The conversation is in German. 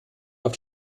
auf